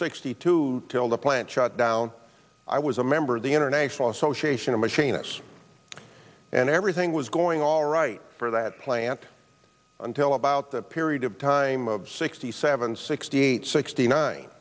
sixty two till the plant shutdown i was a member of the international association of machinists and everything was going all right for that plant until about that period of time of sixty seven sixty eight sixty nine